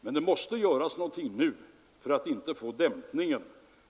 Men det måste göras något nu för att inte få en dämpning.